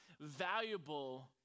valuable